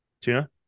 Tuna